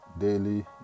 daily